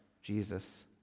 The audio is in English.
Jesus